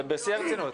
ובשיא הרצינות,